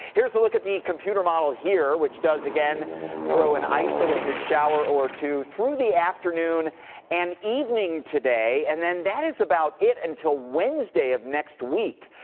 here's a look at the computer model here, which does again throw an isolated shower or two through the afternoon and evening today. and then that is about it until wednesday of next week.